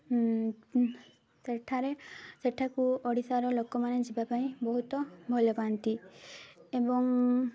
ସେଠାରେ ସେଠାକୁ ଓଡ଼ିଶାର ଲୋକମାନେ ଯିବା ପାଇଁ ବହୁତ ଭଲ ପାଆନ୍ତି ଏବଂ